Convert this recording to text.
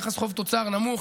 יחס חוב תוצר נמוך,